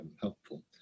helpful